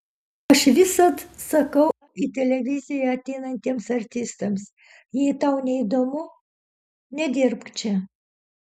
aš visad sakau į televiziją ateinantiems artistams jei tau neįdomu nedirbk čia